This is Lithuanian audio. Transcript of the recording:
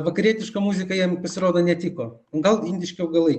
vakarietiška muzika jiem pasirodo netiko gal indiški augalai